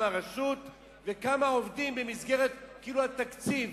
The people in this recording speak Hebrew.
הרשות וכמה עובדים במסגרת כאילו התקציב